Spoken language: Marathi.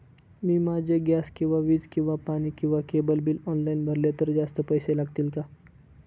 मी माझे गॅस किंवा वीज किंवा पाणी किंवा केबल बिल ऑनलाईन भरले तर जास्त पैसे लागतील का?